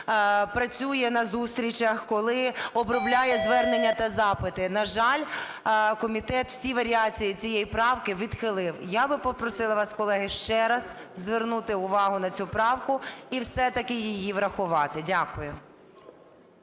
працює на зустрічах, коли обробляє звернення та запити. На жаль, комітет всі варіації цієї правки відхилив. Я би попросила вас, колеги, ще раз звернути увагу на цю правку і все-таки її врахувати. Дякую.